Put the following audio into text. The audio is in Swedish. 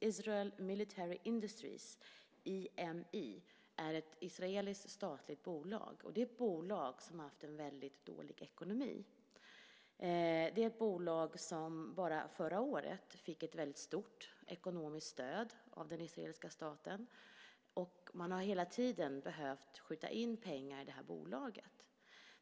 Israel Military Industries, IMI, är ett israeliskt statligt bolag. Det är ett bolag som har haft väldigt dålig ekonomi. Det är ett bolag som bara förra året fick ett väldigt stort ekonomiskt stöd av den israeliska staten, som hela tiden har behövt skjuta till pengar i det här bolaget.